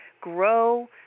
grow